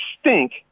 stink